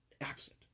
Absent